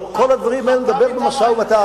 על כל הדברים האלה נדבר במשא-ומתן.